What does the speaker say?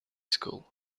school